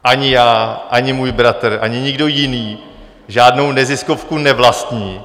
Ani já, ani můj bratr, ani nikdo jiný žádnou neziskovku nevlastní.